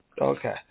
okay